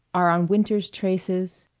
are on winter's traces.